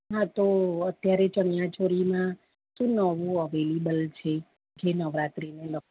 હા તો અત્યારે ચણિયા ચોરીમાં શું નવું અવેલેબલ છે જે નવરાત્રીને લગ